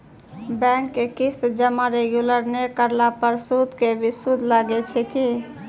Bank के किस्त जमा रेगुलर नै करला पर सुद के भी सुद लागै छै कि?